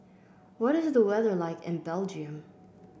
what is the weather like in Belgium